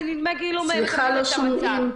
זה נדמה כאילו --- סליחה, לא שומעים.